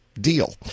deal